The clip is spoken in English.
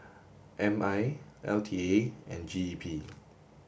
M I L T A and G E P